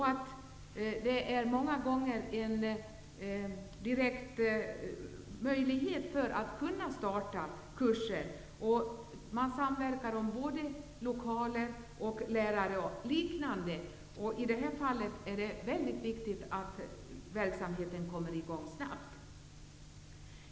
Det är många gånger en direkt förutsättning för att kunna starta kurser. Man samverkar om lokaler, lärare och liknande. I detta fall är det mycket viktigt att verksamheten kommer i gång snabbt.